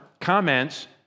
comments